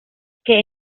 que